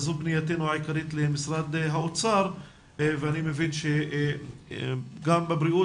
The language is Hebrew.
זו פנייתנו העיקרית למשרד האוצר ואני מבין שגם בבריאות